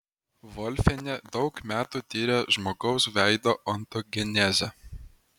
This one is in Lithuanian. volfienė daug metų tiria žmogaus veido ontogenezę